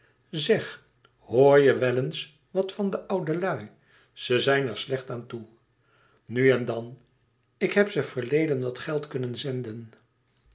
zeg hoor je wel eens wat van de oudelui ze zijn er slecht aan toe nu en dan ik heb ze verleden wat geld kunnen zenden